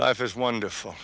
life is wonderful